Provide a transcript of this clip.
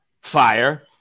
fire